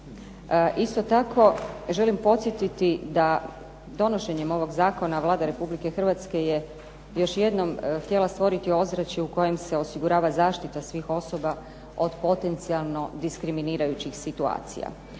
Isto tako želim podsjetiti da donošenjem ovog zakona Vlada Republike Hrvatske je još jedno htjela ostvariti ozračje u kojem se osigurava zaštita svih osoba od potencijalno diskriminirajućih situacija.